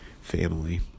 family